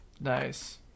Nice